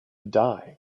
die